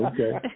Okay